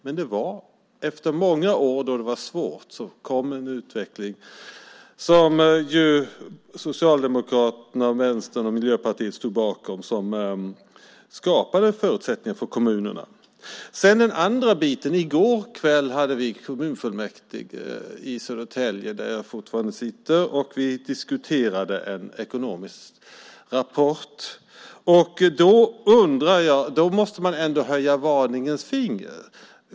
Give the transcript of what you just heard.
Men efter många år då det varit svårt kom en utveckling som Socialdemokraterna, Vänstern och Miljöpartiet stod bakom, som skapade förutsättningar för kommunerna. Sedan är det den andra biten. I går kväll hade vi sammanträde i kommunfullmäktige i Södertälje, där jag fortfarande sitter. Vi diskuterade en ekonomisk rapport. Och då måste man ändå höja ett varningens finger.